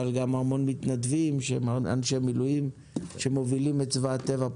גם המון מתנדבים שהם אנשי מילואים שמובילים את צבא הטבע,